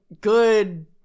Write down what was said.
good